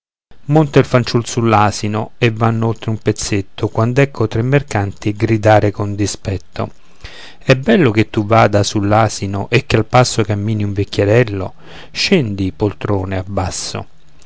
fanciul sull'asino e vanno oltre un pezzetto quand'ecco tre mercanti gridare con dispetto è bello che tu vada sull'asino e che al passo cammini un vecchierello scendi poltrone abbasso